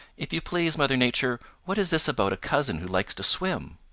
if you please, mother nature, what is this about a cousin who likes to swim?